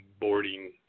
boarding